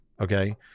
Okay